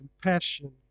compassion